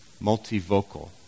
multivocal